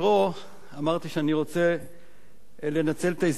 אמרתי שאני רוצה לנצל את ההזדמנות הזאת.